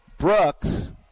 Brooks